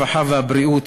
הרווחה והבריאות,